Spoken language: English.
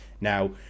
Now